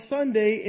Sunday